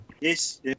Yes